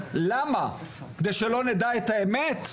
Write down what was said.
למה, כדי שלא נדע את האמת?